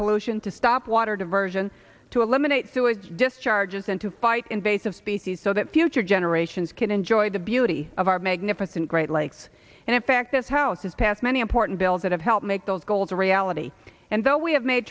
pollution to stop water diversion to eliminate sewage discharges and to fight invasive species so that future generations can enjoy the beauty of our magnificent great lakes and in fact this house has passed many important bills that have helped make those goals a reality and though we have made